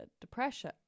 depression